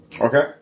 Okay